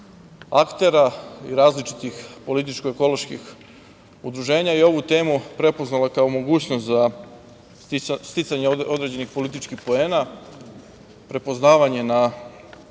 aktera, različitih političko ekoloških udruženja i ovu temu je prepoznala, kao mogućnost za sticanje određenih političkih poena, prepoznavanje na